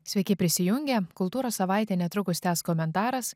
sveiki prisijungę kultūros savaitę netrukus tęs komentaras